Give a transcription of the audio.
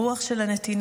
הרוח של הנתינה,